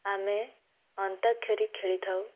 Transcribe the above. ଆମେ ଅନ୍ତାକ୍ଷରୀ ଖେଳିଥାଉ